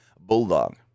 bulldog